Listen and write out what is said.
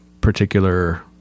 particular